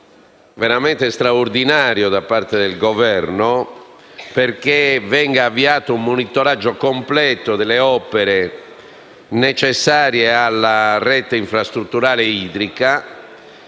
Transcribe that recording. veramente straordinario da parte del Governo affinché venga avviato un monitoraggio completo delle opere necessarie alla rete infrastrutturale idrica,